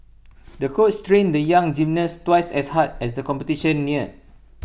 the coach trained the young gymnast twice as hard as the competition neared